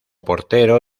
portero